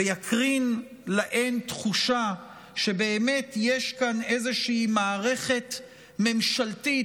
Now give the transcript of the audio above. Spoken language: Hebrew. ויקרין להן תחושה שבאמת יש כאן מערכת ממשלתית,